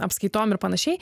apskaitom ir panašiai